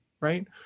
Right